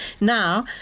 Now